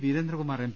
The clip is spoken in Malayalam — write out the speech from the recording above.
വീരേന്ദ്രകുമാർ എം